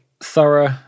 thorough